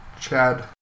Chad